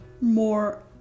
more